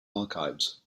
archives